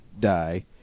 die